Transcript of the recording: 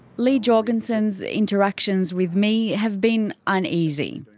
leigh jorgensen's interactions with me have been uneasy.